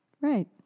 Right